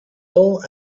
hill